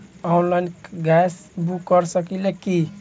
Online gas book कर सकिले की?